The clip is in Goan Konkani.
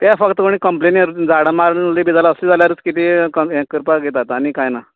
ते फक्त कोणी कंप्लेनि झाडां हि मारून उडयली अशे जाल्यारूच किदे